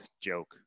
joke